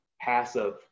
passive